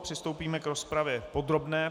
Přistoupíme k rozpravě podrobné.